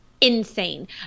insane